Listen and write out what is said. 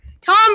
Tom